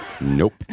Nope